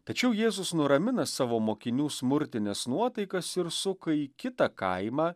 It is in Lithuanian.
tačiau jėzus nuramina savo mokinių smurtines nuotaikas ir suka į kitą kaimą